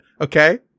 Okay